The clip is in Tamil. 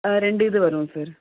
ரெண்டு இது வரும் சார்